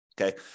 Okay